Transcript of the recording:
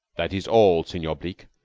that is all, senor bleke.